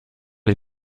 les